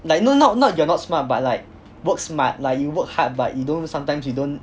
like no not not you're not smart but like work smart like you work hard but you don't sometimes you don't